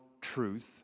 truth